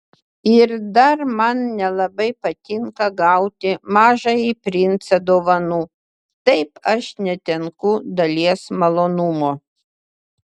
ir dar man nelabai patinka gauti mažąjį princą dovanų taip aš netenku dalies malonumo